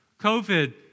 COVID